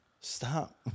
Stop